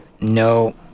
No